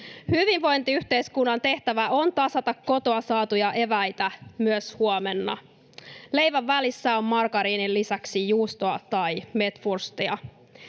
Hyvinvointiyhteiskunnan tehtävä on tasata kotoa saatuja eväitä myös huomenna. Leivän välissä on margariinin lisäksi juustoa tai metvurstia.